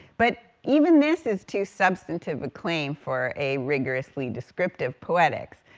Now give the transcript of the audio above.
but even this is too substantive a claim for a rigorously descriptive poetics.